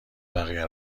بقیه